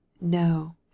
No